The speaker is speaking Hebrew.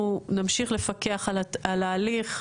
אנחנו נמשיך לפקח על ההליך,